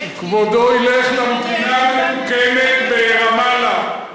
כבודו ילך למדינה המתוקנת ברמאללה,